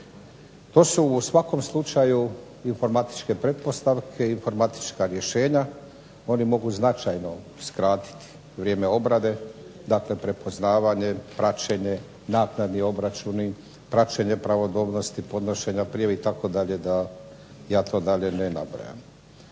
To su u svakom slučaju informatičke pretpostavke i informatička rješenja. Oni mogu značajno skratiti vrijeme obrade. Dakle, prepoznavanje, praćenje, naknadni obračuni, praćenje pravodobnosti podnošenja prijave itd. da ja to dalje ne nabrajam.